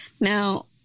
Now